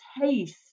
taste